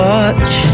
watch